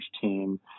team